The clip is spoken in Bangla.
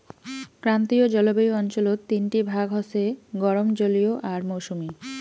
ক্রান্তীয় জলবায়ু অঞ্চলত তিনটি ভাগ হসে গরম, জলীয় আর মৌসুমী